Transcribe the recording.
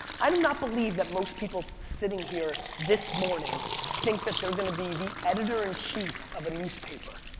i do not believe that most people sitting here this morning think that they're gonna be the editor in chief of a newspaper.